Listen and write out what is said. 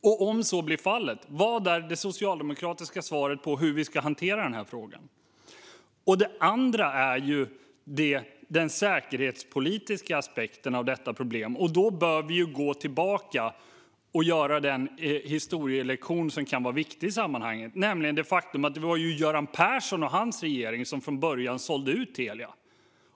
Och om så blir fallet, vad är det socialdemokratiska svaret på hur vi ska hantera frågan? Det andra problemet är den säkerhetspolitiska aspekten. Då bör vi gå tillbaka och ta den historielektion som kan vara viktig i sammanhanget: att det faktiskt var Göran Persson och hans regering som från början sålde ut Telia.